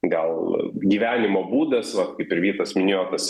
gal gyvenimo būdas vat kaip ir vytas minėjo tas